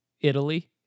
Italy